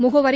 முகவரி